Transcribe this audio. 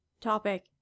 Topic